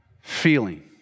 feeling